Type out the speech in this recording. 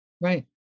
right